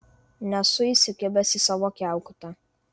nesu įsikibęs į savo kiaukutą